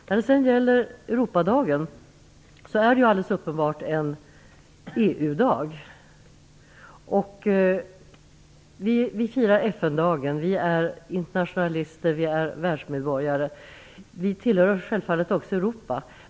När det gäller Europadagen är det ju alldeles uppenbart så att det är en EU-dag det är frågan om. Vi firar FN-dagen. Vi är internationalister och världsmedborgare. Vi tillhör självfallet också Europa.